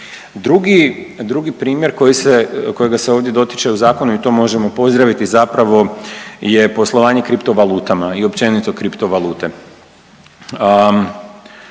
drugi primjer koji se, kojega se ovdje dotiče u zakonu i to možemo pozdraviti zapravo je poslovanje kriptovalutama i općenito kriptovalute.